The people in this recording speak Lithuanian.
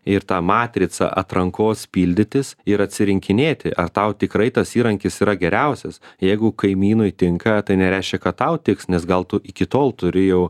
ir tą matricą atrankos pildytis ir atsirinkinėti ar tau tikrai tas įrankis yra geriausias jeigu kaimynui tinka tai nereiškia kad tau tiks nes gal tu iki tol turi jau